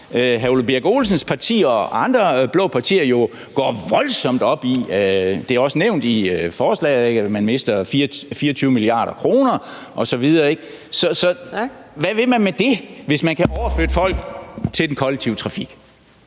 hr. Ole Birk Olesens parti og andre blå partier jo går voldsomt op i. Det er også nævnt i forslaget, at man mister 24 mia. kr. osv., ikke? Så hvad vil man med det, hvis man kan overflytte folk til den kollektive trafik?